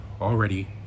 already